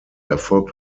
erfolgt